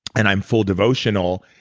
and i'm full devotional,